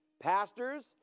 Pastors